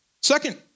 Second